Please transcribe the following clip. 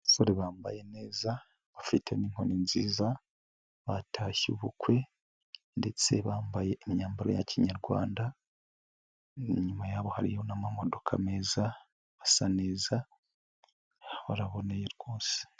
Abasore bambaye neza bafite n'inkoni nziza batashye ubukwe ndetse bambaye imyambaro ya Kinyarwanda, inyuma yabo hari yo n'amodoka meza, basa neza, baraboneye rwose.